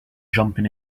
jumping